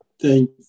Thank